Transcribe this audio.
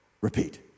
repeat